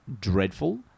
Dreadful